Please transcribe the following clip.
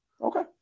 Okay